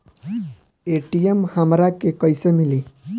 ATM हमरा के कइसे मिली?